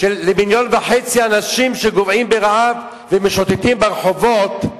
למיליון וחצי אנשים שגוועים ברעב ומשוטטים ברחובות,